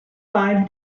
five